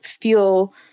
feel